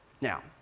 Now